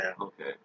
Okay